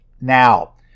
now